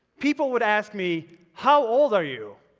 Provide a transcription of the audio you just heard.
people would ask me, how old are you?